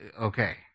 Okay